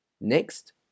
next